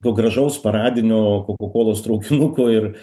to gražaus paradinio kokakolos traukinuko ir